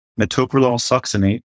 metoprolol-succinate